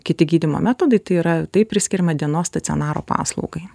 kiti gydymo metodai tai yra tai priskiriama dienos stacionaro paslaugai